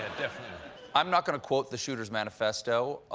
i'm not going to quote the shooter's manifesto,